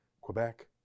Quebec